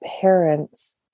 parents